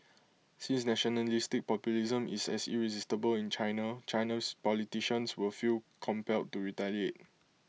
since nationalistic populism is as irresistible in China Chinese politicians will feel compelled to retaliate